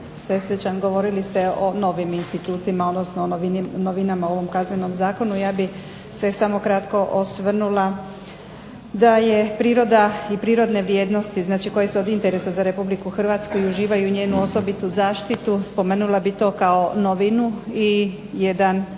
Sesvečan govorili ste o novim institutima, odnosno novinama u ovom Kaznenom zakonu. Ja bih se samo kratko osvrnula da je priroda i prirodne vrijednosti koje su od interesa za RH i uživaju njenu osobitu zaštitu spomenula bih to kao novinu i jedan